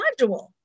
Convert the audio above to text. module